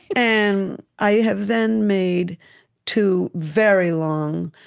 and i have then made two very long,